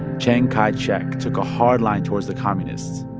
chiang kai-shek took a hard line towards the communists.